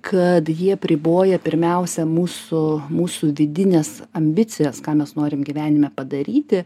kad jie apriboja pirmiausia mūsų mūsų vidines ambicijas ką mes norim gyvenime padaryti